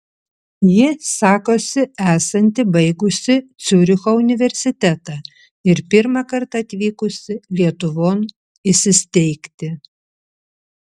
ji sakosi esanti baigusi ciuricho universitetą ir pirmąkart atvykusi lietuvon įsisteigti